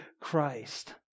Christ